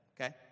okay